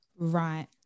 Right